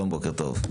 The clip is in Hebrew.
שלום, בוקר טוב.